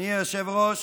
אדוני היושב-ראש,